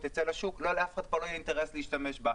תצא לשוק לאף אחד כבר לא יהיה אינטרס להשתמש בה.